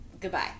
goodbye